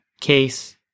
case